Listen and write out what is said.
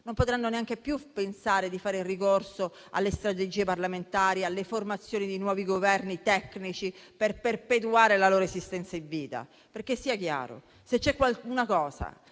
non potranno neanche più pensare di fare ricorso alle strategie parlamentari o alla formazione di nuovi Governi tecnici per perpetuare la loro esistenza in vita. Sia chiaro: se c'è una cosa